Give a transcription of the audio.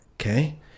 Okay